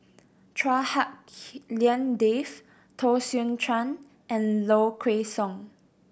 Chua Hak Lien Dave Teo Soon Chuan and Low Kway Song